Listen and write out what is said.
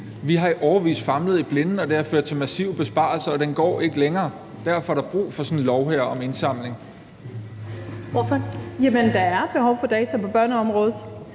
Vi har i årevis famlet i blinde, og det har ført til massive besparelser, og den går ikke længere. Derfor er der brug for sådan en lov her om indsamling. Kl. 14:18 Første næstformand (Karen